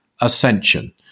ascension